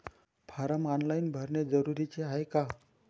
Form online भरने जरुरीचे हाय का?